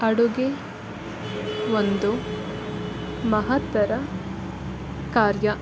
ಅಡುಗೆ ಒಂದು ಮಹತ್ತರ ಕಾರ್ಯ